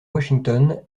washington